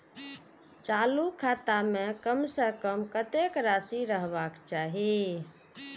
चालु खाता में कम से कम कतेक राशि रहबाक चाही?